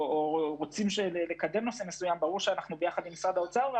אנחנו רוצים לקדם את הנושא יחד עם משרד האוצר.